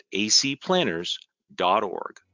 acplanners.org